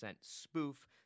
spoof